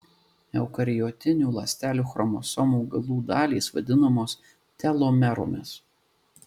eukariotinių ląstelių chromosomų galų dalys vadinamos telomeromis